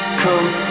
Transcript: come